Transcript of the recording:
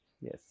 yes